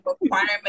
requirement